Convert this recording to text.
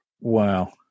wow